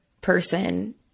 person